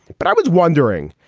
but i was wondering,